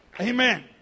Amen